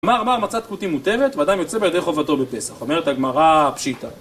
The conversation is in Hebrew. אמר מר מצת כותי מותרת - ואדם יוצא בה ידי חובתו בפסח, אומרת הגמרא פשיטא!